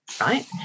right